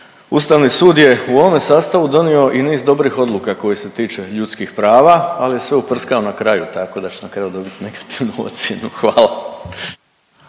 Ustavni sud je u ovome sastavu donio i niz dobrih odluka koje se tiču ljudskih prava, ali je sve uprskao na kraju, tako da će na kraju donijet negativnu ocjenu, hvala.